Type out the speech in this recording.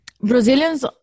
brazilians